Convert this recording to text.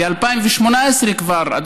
כבר ב-2018,